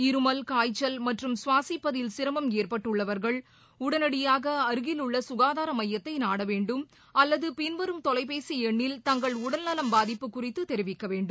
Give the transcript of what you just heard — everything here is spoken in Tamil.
இருமல் காய்ச்சல் மற்றும் சுவாசிப்பதில் சிரமம் ஏற்பட்டுள்ளவர்கள் உடனடியாக அருகிலுள்ள சுகாதார மையத்தை நாட வேண்டும் அல்லது பின்வரும் தொலைபேசி எண்ணில் தங்கள் உடல் நலம் பாதிப்பு குறித்து தெரிவிக்க வேண்டும்